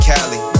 Cali